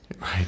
Right